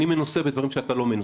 אני מנוסה בדברים שאתה לא מנוסה,